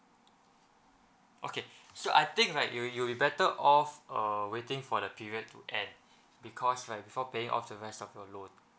okay so I think right you you you will be better off uh waiting for the period to end because right before paying off the rest of the loan